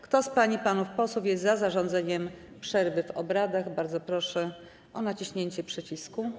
Kto z pań i panów posłów jest za zarządzeniem przerwy w obradach, bardzo proszę o naciśnięcie przycisku.